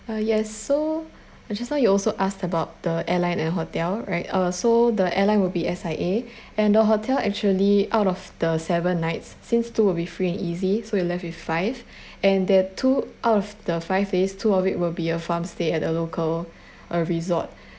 uh yes so uh just now you also asked about the airline and hotel right uh so the airline will be S_I_A and the hotel actually out of the seven nights since two will be free and easy so you left with five and that two out of the five days two of it will be a farm stay at a local uh resort